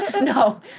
no